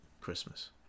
Christmas